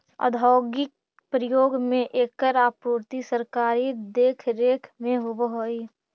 औद्योगिक प्रयोग में एकर आपूर्ति सरकारी देखरेख में होवऽ हइ